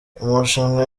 amarushanwa